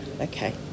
Okay